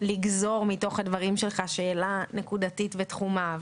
לגזור מתוך הדברים שלך שאלה נקודתית בתחומה,